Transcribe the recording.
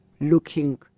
looking